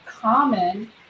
common